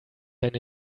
eine